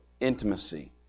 intimacy